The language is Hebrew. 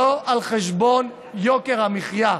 לא על חשבון יוקר המחיה,